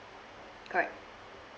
correct